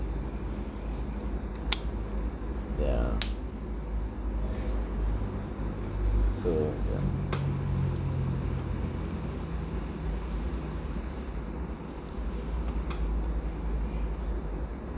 yeah so ya